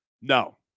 No